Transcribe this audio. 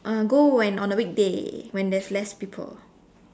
uh go when on a weekday when there's less people